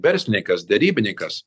verslininkas derybininkas